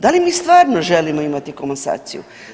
Da li mi stvarno želimo imati komasaciju?